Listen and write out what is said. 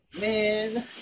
man